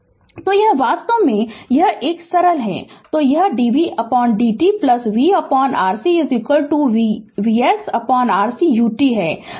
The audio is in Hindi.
Refer Slide Time 0413 तो यह वास्तव में यह एक है यदि सरल है तो यह dvdt vRc VsRc ut है